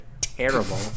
terrible